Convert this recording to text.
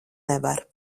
nevar